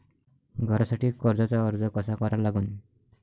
घरासाठी कर्जाचा अर्ज कसा करा लागन?